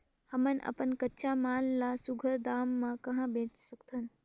हमन अपन कच्चा माल ल सुघ्घर दाम म कहा बेच सकथन?